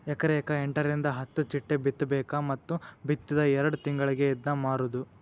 ಎಕರೆಕ ಎಂಟರಿಂದ ಹತ್ತ ಚಿಟ್ಟಿ ಬಿತ್ತಬೇಕ ಮತ್ತ ಬಿತ್ತಿದ ಎರ್ಡ್ ತಿಂಗಳಿಗೆ ಇದ್ನಾ ಮಾರುದು